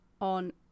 on